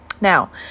Now